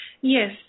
Yes